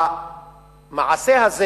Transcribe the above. המעשה הזה